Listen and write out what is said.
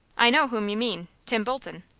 i know whom you mean tim bolton.